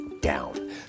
down